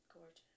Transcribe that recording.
Gorgeous